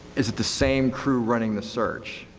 is at the same crew running the search,